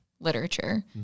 literature